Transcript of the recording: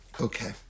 Okay